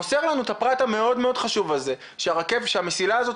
מוסר לנו את הפרט המאוד מאוד חשוב הזה שהמסילה הזאת